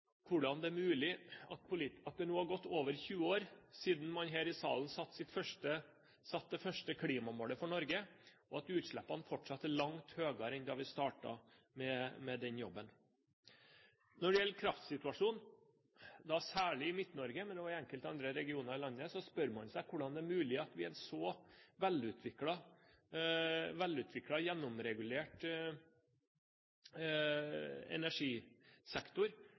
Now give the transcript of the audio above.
hvordan det er mulig når det nå er gått over 20 år siden man her i salen satte det første klimamålet for Norge, at utslippene er langt høyere enn da vi startet med den jobben Når det gjelder kraftsituasjonen, særlig i Midt-Norge, men også i enkelte andre deler av landet, spør man seg hvordan det er mulig at man i en så velutviklet og gjennomregulert energisektor